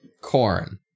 Corn